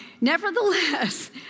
nevertheless